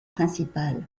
principale